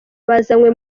bazanywe